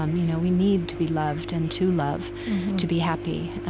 um you know we need to be loved and to love to be happy